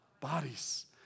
bodies